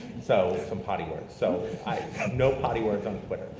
so, some potty words, so no potty words on twitter.